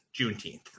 Juneteenth